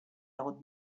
old